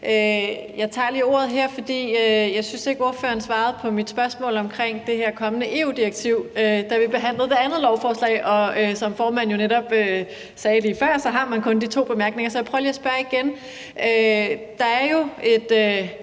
Jeg tager lige ordet her, fordi jeg ikke synes, at ordføreren svarede på mit spørgsmål om det her kommende EU-direktiv, da vi behandlede det andet lovforslag. Som formanden jo netop sagde lige før, har man kun de to bemærkninger, så jeg prøver lige at spørge igen: Der er jo et